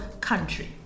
country